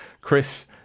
Chris